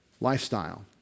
lifestyle